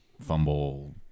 fumble